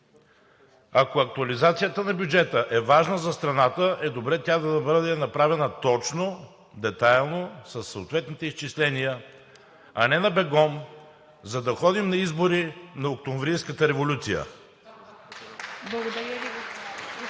Ако актуализацията на бюджета е важна за страната, е добре да бъде направена точно, детайлно и със съответните изчисления, а не на бегом, за да ходим на избори на Октомврийската революция.